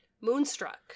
Moonstruck